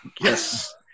Yes